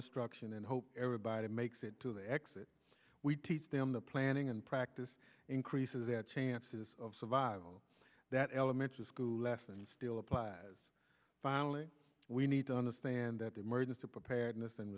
instruction and hope everybody makes it to the exit we teach them the planning and practice increases their chances of survival that elementary school lesson still applies finally we need to understand that the emergency preparedness and